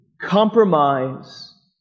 compromise